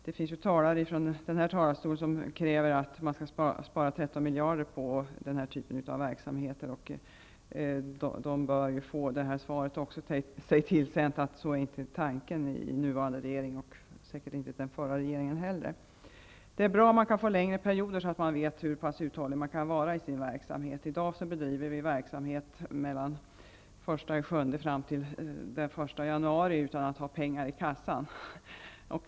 Det finns ledamöter som från denna talarstol kräver att man skall spara 13 miljarder på denna typ av verksamheter. De bör få det beskedet att inte den nuvarande och säkerligen inte heller den förra regeringen har sådana tankar. Det är bra om perioderna kan förlängas, så att man vet hur uthållig man kan vara i sin verksamhet. I dag bedriver vi verksamhet från den 1 juli till den 1 januari utan att ha pengar i kassan.